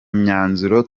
myanzuro